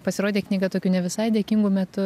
pasirodė knyga tokiu ne visai dėkingu metu